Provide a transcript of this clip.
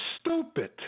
stupid